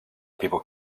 people